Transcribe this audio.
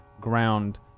ground